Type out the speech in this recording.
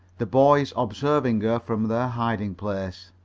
the boys observing her from their hiding-place.